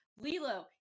Lilo